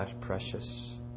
precious